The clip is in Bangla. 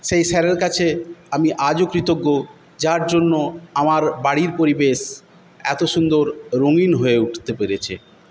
সেই স্যারের কাছে আমি আজও কৃতজ্ঞ যার জন্য আমার বাড়ির পরিবেশ এত সুন্দর রঙিন হয়ে উঠতে পেরেছে